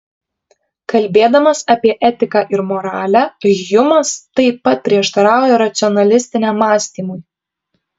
kalbėdamas apie etiką ir moralę hjumas taip pat prieštarauja racionalistiniam mąstymui